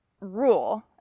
rule